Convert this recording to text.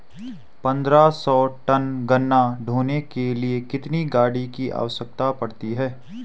पन्द्रह सौ टन गन्ना ढोने के लिए कितनी गाड़ी की आवश्यकता पड़ती है?